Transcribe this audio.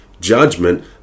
judgment